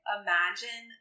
imagine